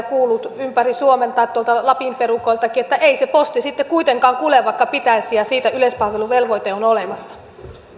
kuullut ympäri suomen tai tuolta lapin perukoiltakin että ei se posti sitten kuitenkaan kulje vaikka pitäisi ja siitä yleispalveluvelvoite on on olemassa